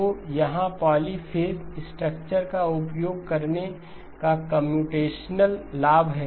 तो यहाँ polyphase structure का उपयोग करने का कम्प्यूटेशनल लाभ है